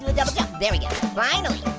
ah double jump, there we go, finally.